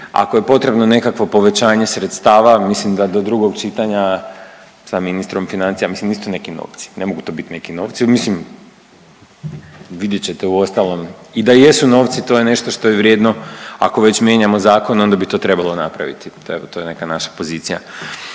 Ako je potrebno nekakvo povećanje sredstava mislim da do drugog čitanja sa ministrom financija, mislim nisu to neki novci, ne mogu to biti neki novci mislim vidjet ćete uostalom i da jesu novci to je nešto što je vrijedno ako već mijenjamo zakon onda bi to trebalo napraviti tako to je neka naša pozicija.